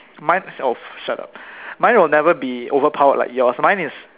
mine oh shut up mine will never be overpowered like yours mine is